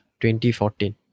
2014